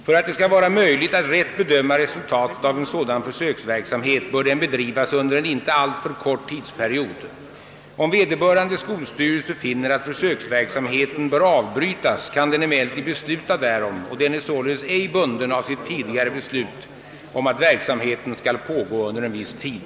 För att det skall vara möjligt att rätt bedöma resultatet av en sådan försöksverksamhet bör den bedrivas under en inte alltför kort tidsperiod. Om vederbörande skolstyrelse finner att försöksverksamheten bör avbrytas kan den emellertid besluta därom och den är således ej bunden av sitt tidigare beslut om att verksamheten skall pågå under en viss tid.